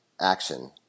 action